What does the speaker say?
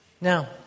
Now